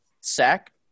sack